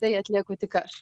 tai atlieku tik aš